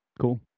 Cool